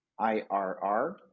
IRR